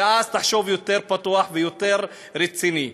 ואז תחשוב יותר פתוח ויותר רציני.